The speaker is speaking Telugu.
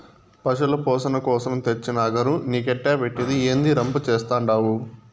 పశుల పోసణ కోసరం తెచ్చిన అగరు నీకెట్టా పెట్టేది, ఏందీ రంపు చేత్తండావు